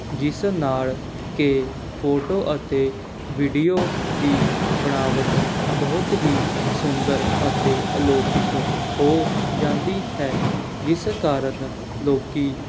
ਜਿਸ ਨਾਲ਼ ਕਿ ਫੋਟੋ ਅਤੇ ਵੀਡੀਓ ਦੀ ਬਣਾਵਟ ਬਹੁਤ ਹੀ ਸੁੰਦਰ ਅਤੇ ਅਲੌਕਿਕ ਹੋ ਜਾਂਦੀ ਹੈ ਜਿਸ ਕਾਰਨ ਲੋਕ